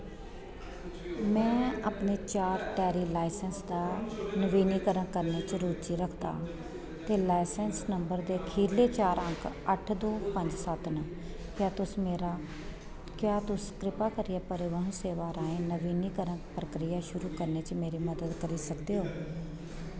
में अपने चार टैरी लाइसेंस दा नवीनीकरण करने च रुचि रखदा आं ते लाइसेंस नंबर दे खीरले चार अंक अट्ठ दो पंज सत्त न क्या तुस मेरा क्या तुस कृपा करियै परिवहन सेवा राहें नवीनीकरण प्रक्रिया शुरू करने च मेरी मदद करी सकदे ओ